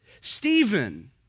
Stephen